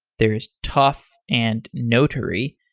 there's tuf and notary.